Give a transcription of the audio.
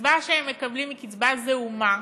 הקצבה שהם מקבלים היא קצבה זעומה.